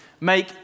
Make